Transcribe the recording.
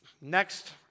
next